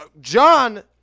John